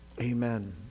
Amen